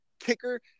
Kicker